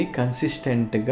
consistent